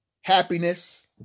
happiness